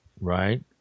Right